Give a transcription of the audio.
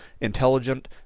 intelligent